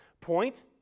point